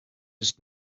ist